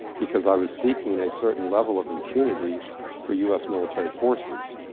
because i was seeking a certain level of impunity for u s. military forces.